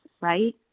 right